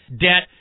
debt